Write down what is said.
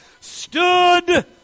stood